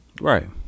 Right